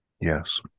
Yes